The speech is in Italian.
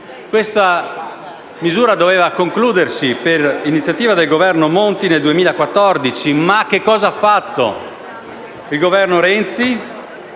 Questa misura doveva concludersi per iniziativa del Governo Monti nel 2014; ma che cosa ha fatto il Governo Renzi?